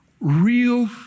real